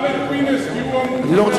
תשאל את פינס, כי הוא המומחה,